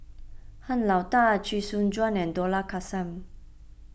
Han Lao Da Chee Soon Juan and Dollah Kassim